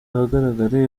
ahagaragara